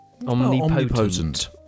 Omnipotent